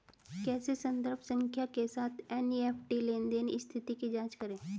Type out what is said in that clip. कैसे संदर्भ संख्या के साथ एन.ई.एफ.टी लेनदेन स्थिति की जांच करें?